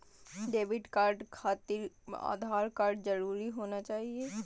Debit card खातिर Aadhaar card जरूरी होना चाहिए?